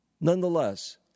Nonetheless